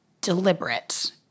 deliberate